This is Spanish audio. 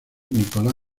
nicolás